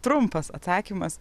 trumpas atsakymas